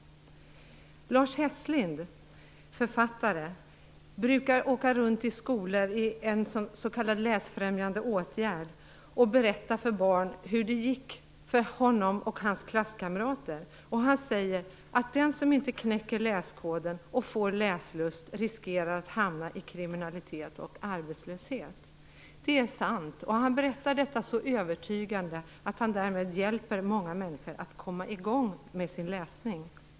Författaren Lars Hesslind brukar åka runt till skolor för en s.k. läsfrämjande åtgärd, där han berättar för barn hur det gick för honom och hans klasskamrater. Han säger att den som inte knäcker läskoden och får läslust riskerar att hamna i kriminalitet och arbetslöshet. Det är sant. Han berättar detta så övertygande att han därmed hjälper många människor att komma i gång med sin läsning.